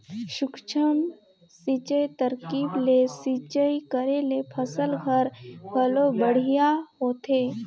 सूक्ष्म सिंचई तरकीब ले सिंचई करे ले फसल हर घलो बड़िहा होथे